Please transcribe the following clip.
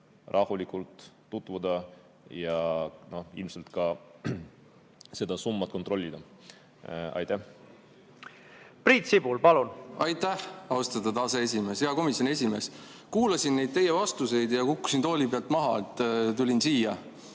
rahulikult tutvuda ja ilmselt seda summat ka kontrollida. Priit Sibul, palun! Aitäh, austatud aseesimees! Hea komisjoni esimees! Kuulasin teie vastuseid ja kukkusin tooli pealt maha. Tulin siia